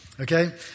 Okay